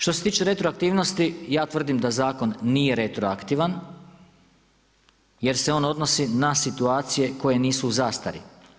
Što se tiče retroaktivnosti ja tvrdim da zakon nije retroaktivan jer se on odnosi na situacije koje nisu u zastari.